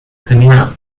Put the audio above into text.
tenía